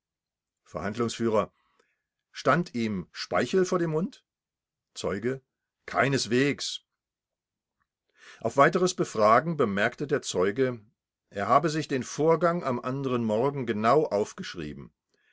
verhandlungsf stand ihm speichel vor dem mund zeuge keineswegs auf weiteres befragen bemerkte der zeuge er habe sich den vorgang am anderen morgen genau aufgeschrieben